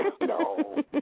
No